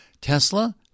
Tesla